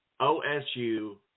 OSU